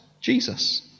Jesus